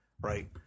right